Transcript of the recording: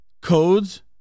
Codes